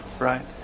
right